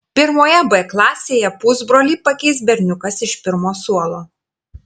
pirmoje b klasėje pusbrolį pakeis berniukas iš pirmo suolo